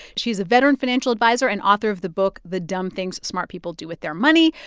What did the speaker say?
she's a veteran financial adviser and author of the book the dumb things smart people do with their money.